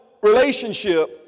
relationship